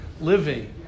living